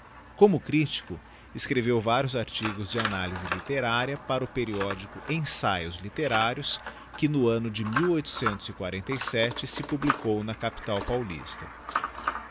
como crítico escreveu varíos artigos de analyse literária para o periódico ensaios literários que no anno de se publicou na ca pitai paulista